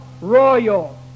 royal